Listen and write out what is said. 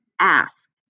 ask